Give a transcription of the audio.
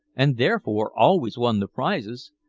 and therefore always won the prizes.